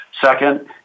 Second